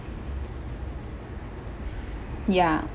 ya